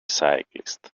cyclist